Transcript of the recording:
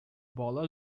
bola